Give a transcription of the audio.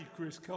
Chris